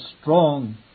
strong